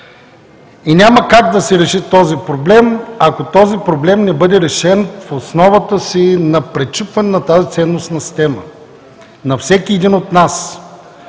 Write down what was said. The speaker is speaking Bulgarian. и няма как да се реши този проблем, ако този проблем не бъде решен в основата си на пречупване на тази ценностна система на всеки един от нас.